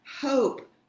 hope